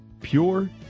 pure